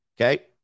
Okay